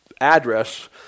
address